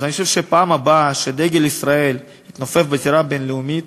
אז אני חושב שבפעם הבאה שדגל ישראל יתנופף בזירה הבין-לאומית,